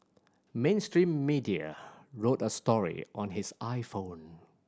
mainstream media wrote a story on his iPhone